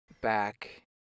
back